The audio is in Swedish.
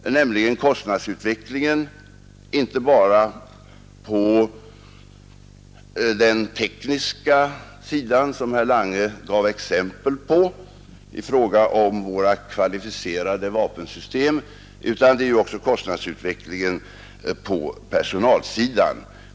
Det gäller inte bara kostnadsutvecklingen på den tekniska sidan, som herr Lange gav exempel på i fråga om våra kvalificerade vapensystem, utan även kostnadsutvecklingen på personalsidan.